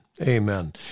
Amen